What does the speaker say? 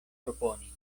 proponi